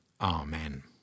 Amen